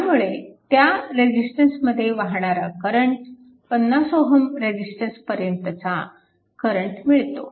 त्यामुळे त्या रेजिस्टन्समध्ये वाहणारा करंट 50 Ω रेजिस्टन्स पर्यंतचा करंट मिळतो